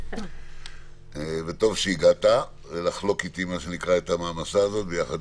טוב שהגעת לחלוק איתי את המעמסה הזאת וביחד